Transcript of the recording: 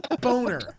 boner